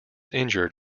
injured